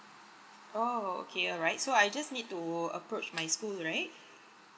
oh okay alright so I just need to approach my school right